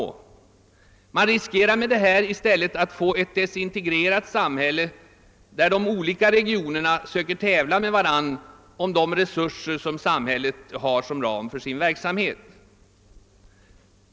Man riskerar med denna strävan i stället att få ett desintegrerat samhälle, där de olika regionerna söker tävla med varandra om de resurser samhället har som ram för sin verksamhet.